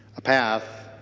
a path